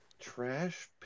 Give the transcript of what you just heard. trash